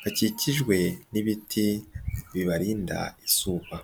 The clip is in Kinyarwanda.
bakikijwe n'ibiti bibarinda izuba.